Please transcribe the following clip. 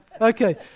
Okay